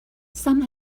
some